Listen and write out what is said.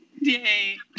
Yay